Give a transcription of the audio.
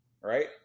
right